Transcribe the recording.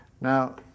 Now